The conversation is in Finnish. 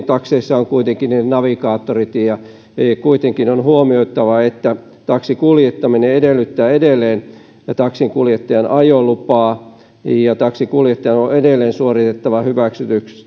takseissa on kuitenkin navigaattorit ja kuitenkin on huomioitava että taksin kuljettaminen edellyttää edelleen taksinkuljettajan ajolupaa ja taksinkuljettajan on edelleen suoritettava hyväksytysti